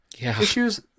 issues